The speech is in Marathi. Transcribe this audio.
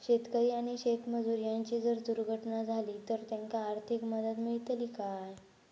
शेतकरी आणि शेतमजूर यांची जर दुर्घटना झाली तर त्यांका आर्थिक मदत मिळतली काय?